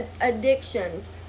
Addictions